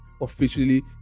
Officially